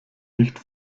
nicht